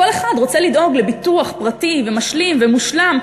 כל אחד רוצה לדאוג לביטוח פרטי ומשלים ומושלם,